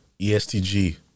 ESTG